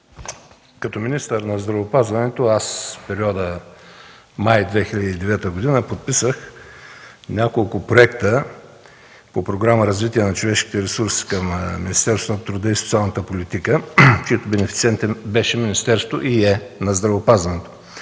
Като министър на здравеопазването в периода май 2009 г. подписах няколко проекта по Програма „Развитие на човешките ресурси” към Министерството на труда и социалната политика, чийто бенефициент беше и е Министерството на здравеопазването.